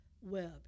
web